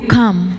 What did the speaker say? come